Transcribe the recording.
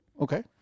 Okay